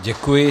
Děkuji.